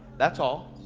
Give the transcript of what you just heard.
that's all.